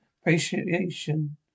appreciation